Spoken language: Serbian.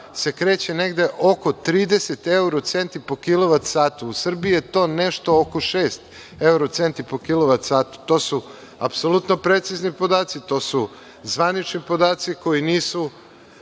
se kreće negde oko 30 evro centi po kilovat satu. U Srbiji je to nešto oko šest evro centi po kilovat satu. To su apsolutno precizni podaci. To su zvanični podaci koji nisu